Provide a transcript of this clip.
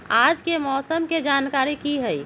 आज के मौसम के जानकारी कि हई?